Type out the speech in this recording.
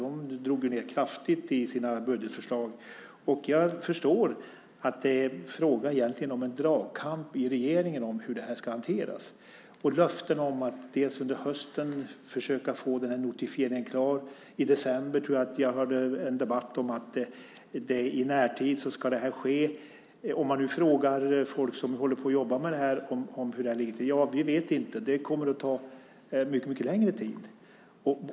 De drog ju ned kraftigt i sina budgetförslag. Jag förstår att det egentligen är fråga om en dragkamp i regeringen om hur det här ska hanteras. Det har förekommit löften om att under hösten försöka få den här notifieringen klar. I december, tror jag, hörde jag en debatt om att det här ska ske i närtid. Om man nu frågar folk som jobbar med det här om hur det ligger till så säger de: Ja, vi vet inte. Det kommer att ta mycket längre tid.